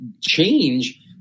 change